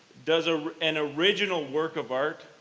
does ah an original work of art,